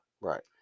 Right